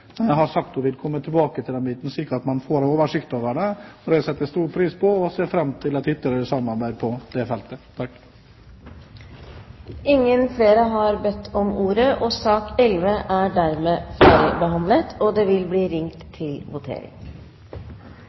sagt at hun vil komme tilbake til den biten, slik at man får en oversikt over det. Det setter jeg stor pris på. Jeg ser fram til et ytterligere samarbeid på det feltet. Flere har ikke bedt om ordet til sak nr. 11. Stortinget går da til votering. Under debatten er det satt fram sju forslag. Det